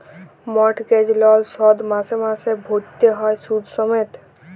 mortgage লল শোধ মাসে মাসে ভ্যইরতে হ্যয় সুদ সমেত